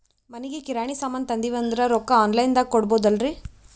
ಮನಿಗಿ ಕಿರಾಣಿ ಸಾಮಾನ ತಂದಿವಂದ್ರ ರೊಕ್ಕ ಆನ್ ಲೈನ್ ದಾಗ ಕೊಡ್ಬೋದಲ್ರಿ?